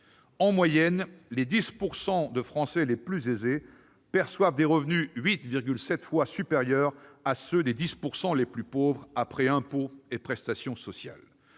en moyenne, les 10 % des Français les plus aisés perçoivent des revenus 8,7 fois supérieurs à ceux des 10 % les plus pauvres après impôts et prestations sociales.